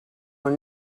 were